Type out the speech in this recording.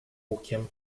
lukiem